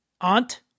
Aunt